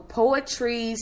poetry